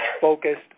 focused